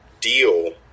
deal